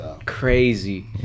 crazy